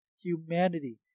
humanity